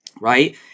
right